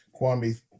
Kwame